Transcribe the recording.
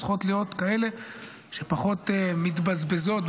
צריכות להיות כאלה שפחות מתבזבזות,